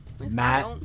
Matt